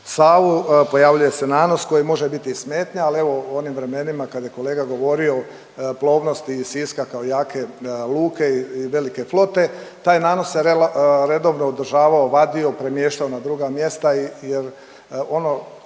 Savu pojavljuje se nanos koji može biti smetnja, ali evo u onim vremenima kad je kolega govorio o plovnosti Siska kao jake luke i velike flote taj nanos se redovno održavao, vadio, premještao na druga mjesta jer ono